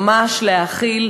ממש להאכיל,